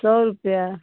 सौ रुपये